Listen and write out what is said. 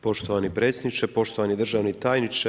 Poštovani predsjedniče, poštovani državni tajniče.